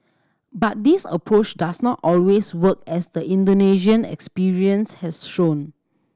but this approach does not always work as the Indonesian experience has shown